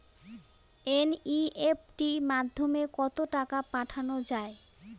NEFT মাধ্যমে কত টাকা পাঠানো যায়?